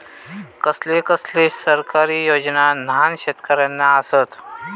कसले कसले सरकारी योजना न्हान शेतकऱ्यांना आसत?